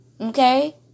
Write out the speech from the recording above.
Okay